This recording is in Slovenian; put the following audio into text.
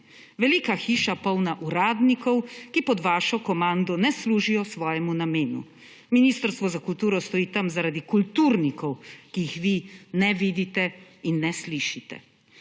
Velika hiša, polna uradnikov, ki pod vašo komando ne služijo svojemu namenu. Ministrstvo za kulturo stoji tam zaradi kulturnikov, ki jih vi ne vidite in ne slišite.